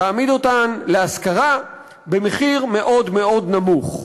תעמיד אותן להשכרה במחיר מאוד מאוד נמוך.